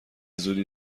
زودی